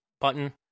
button